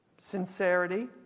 sincerity